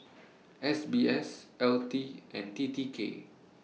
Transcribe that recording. S B S L T and T T K